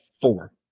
four